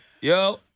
Yo